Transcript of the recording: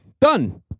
Done